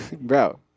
bro